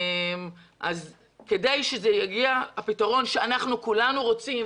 כדי שיגיע הפתרון בו כולנו רוצים,